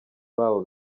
babo